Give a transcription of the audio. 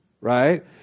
right